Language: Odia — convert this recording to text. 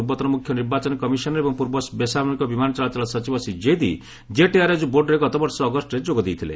ପୂର୍ବତନ ମୁଖ୍ୟ ନିର୍ବାଚନ କମିଶନର୍ ଏବଂ ପୂର୍ବ ବେସାମରିକ ବିମାନ ଚଳାଚଳ ସଚିବ ଶ୍ରୀ ଜୈଦି ଜେଟ୍ ଏୟାର୍ଓ୍ବେଜ୍ ବୋର୍ଡ଼ରେ ଗତବର୍ଷ ଅଗଷ୍ଟରେ ଯୋଗ ଦେଇଥିଲେ